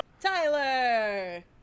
Tyler